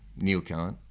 neil can't.